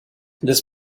this